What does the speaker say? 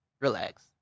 relax